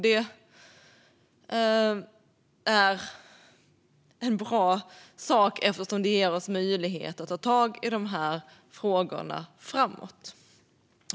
Det är en bra sak, eftersom det ger oss möjlighet att ta tag i de här frågorna framåt.